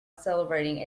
celebrating